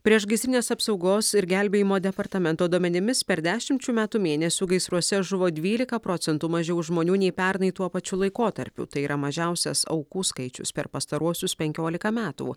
priešgaisrinės apsaugos ir gelbėjimo departamento duomenimis per dešimt šių metų mėnesių gaisruose žuvo dvylika procentų mažiau žmonių nei pernai tuo pačiu laikotarpiu tai yra mažiausias aukų skaičius per pastaruosius penkiolika metų